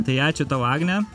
tai ačiū tau agne